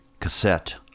cassette